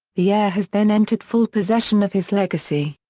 the heir has then entered full possession of his legacy.